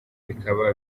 bikaba